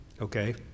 Okay